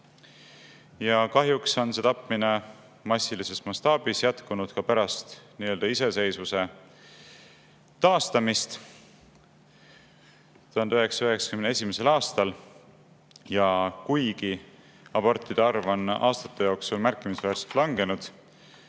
Ja kahjuks on see tapmine massilises mastaabis jätkunud ka pärast iseseisvuse taastamist 1991. aastal. Ja kuigi abortide arv on aastate jooksul märkimisväärselt langenud,